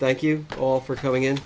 thank you all for coming in